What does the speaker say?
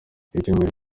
icyumweru